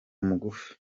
mugufi